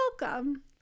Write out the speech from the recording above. welcome